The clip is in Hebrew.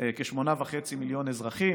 כ-8.5 וחצי מיליון אזרחים,